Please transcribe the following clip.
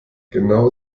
genau